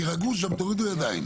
תירגעו שם תורידו ידיים.